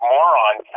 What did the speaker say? Moron